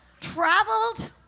traveled